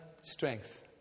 strength